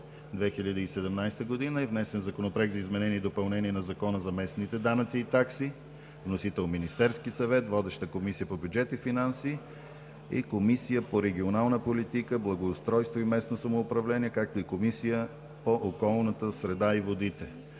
2017 г. е внесен Законопроект за изменение и допълнение на Закона за местните данъци и такси. Вносител е Министерският съвет. Водеща е Комисията по бюджет и финанси, Комисията по регионална политика, благоустройство и местно самоуправление, както и Комисията по околната среда и водите.